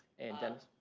and dennis.